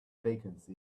vacancy